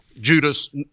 Judas